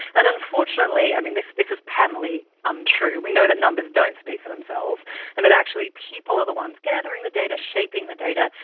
and unfortunately, i mean, this is patently untrue, we know that numbers don't speak for themselves and that actually people are the ones gathering the data, shaping the data.